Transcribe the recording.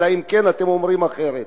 אלא אם כן אתם אומרים אחרת.